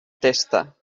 testa